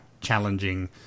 challenging